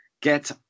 get